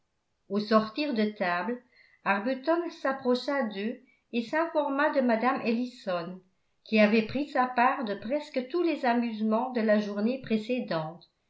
au sortir de table arbuton s'approcha d'eux et s'informa de mme ellison qui avait pris sa part de presque tous les amusements de la journée précédente